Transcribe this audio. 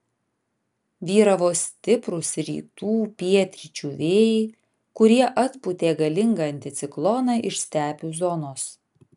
vyravo stiprūs rytų pietryčių vėjai kurie atpūtė galingą anticikloną iš stepių zonos